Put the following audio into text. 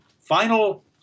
final